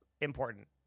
important